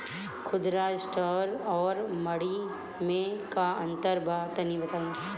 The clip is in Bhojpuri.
खुदरा स्टोर और मंडी में का अंतर बा तनी बताई?